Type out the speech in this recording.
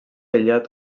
aïllat